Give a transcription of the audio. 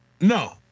No